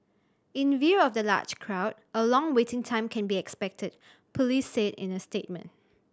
in view of the large crowd a long waiting time can be expected police said in a statement